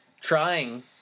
trying